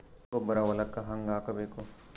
ಗೊಬ್ಬರ ಹೊಲಕ್ಕ ಹಂಗ್ ಹಾಕಬೇಕು?